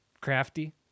crafty